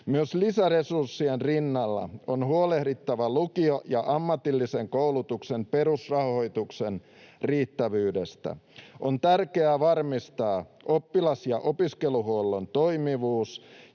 Lisäresurssien rinnalla on huolehdittava myös lukio- ja ammatillisen koulutuksen perusrahoituksen riittävyydestä. On tärkeää varmistaa oppilas- ja opiskeluhuollon toimivuus